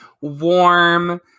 warm